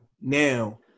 now